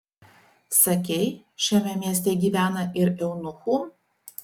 sakei šiame mieste gyvena ir eunuchų